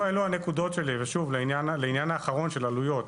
לעניין העלויות,